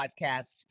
podcast